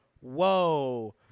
Whoa